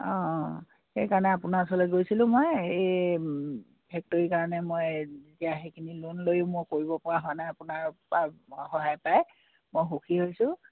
অঁ সেইকাৰণে আপোনাৰ ওচৰতে গৈছিলোঁ মই এই ফেক্টৰীৰ কাৰণে মই এতিয়া সেইখিনি লোন লৈও মই কৰিব পৰা হোৱা নাই আপোনাৰ পৰা সহায় পাই মই সুখী হৈছোঁ